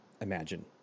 imagine